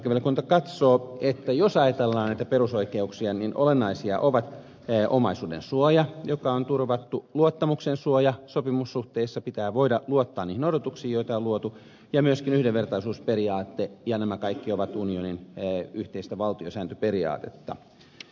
perustuslakivaliokunta katsoo että jos ajatellaan näitä perusoikeuksia niin olennaisia ovat omaisuuden suoja joka on turvattu luottamuksensuoja sopimussuhteessa pitää voida luottaa niihin odotuksiin joita on luotu ja myöskin yhdenvertaisuusperiaate ja nämä kaikki ovat unionin yhteistä valtiosääntöperiaatetta